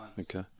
Okay